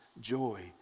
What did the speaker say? joy